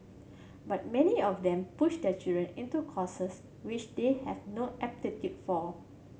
but many of them push their children into courses which they have no aptitude for